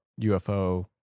UFO